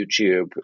YouTube